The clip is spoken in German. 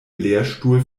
lehrstuhl